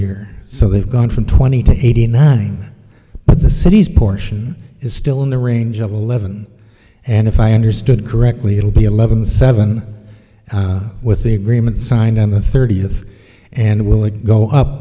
year so they've gone from twenty to eighty nine but the city's portion is still in the range of eleven and if i understood correctly it'll be eleven seven with the agreement signed them a thirtieth and will it go up